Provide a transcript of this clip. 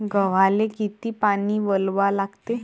गव्हाले किती पानी वलवा लागते?